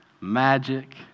magic